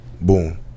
boom